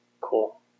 cool